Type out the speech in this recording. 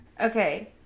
Okay